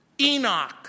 Enoch